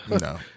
No